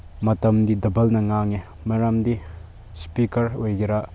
ꯃꯇꯝꯗꯤ ꯗꯕꯜꯗ ꯉꯥꯡꯉꯦ ꯃꯔꯝꯗꯤ ꯏꯁꯄꯤꯀꯔ ꯑꯣꯏꯒꯦꯔꯥ